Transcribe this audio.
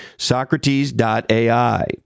Socrates.ai